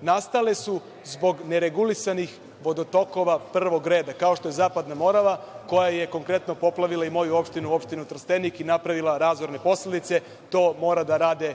nastale su zbog neregulisanih vodo tokova prvog reda, kao što je Zapadna Morava, koja je konkretno poplavila i moju opštinu, opštinu Trstenik i napravila razorne posledice. To mora da rade